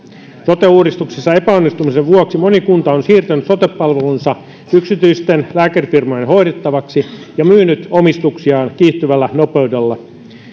sote uudistuksen epäonnistumisen vuoksi moni kunta on siirtänyt sote palvelunsa yksityisten lääkärifirmojen hoidettavaksi ja myynyt omistuksiaan kiihtyvällä nopeudella